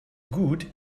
good